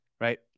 right